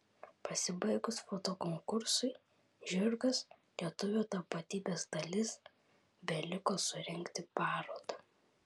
pasibaigus fotokonkursui žirgas lietuvio tapatybės dalis beliko surengti parodą